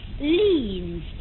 leans